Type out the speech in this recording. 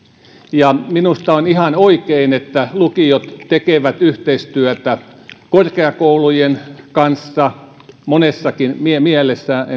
ja minusta on ihan oikein että lukiot tekevät yhteistyötä korkeakoulujen kanssa monessakin mielessä en käy